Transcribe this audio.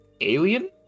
Alien